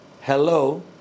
hello